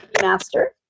master